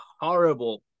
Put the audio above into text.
horrible